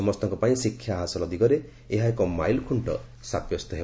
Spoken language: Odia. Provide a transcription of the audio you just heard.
ସମସ୍ତଙ୍କ ପାଇଁ ଶିକ୍ଷା ଲକ୍ଷ୍ୟ ହାସଲ ଦିଗରେ ଏହା ଏକ ମାଇଲ୍ଖୁଣ୍ଟ ସାବ୍ୟସ୍ତ ହେବ